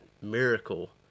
miracle